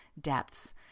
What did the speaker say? depths